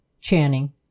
Channing